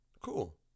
Cool